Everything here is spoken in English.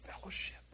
fellowship